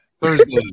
Thursday